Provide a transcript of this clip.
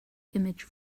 image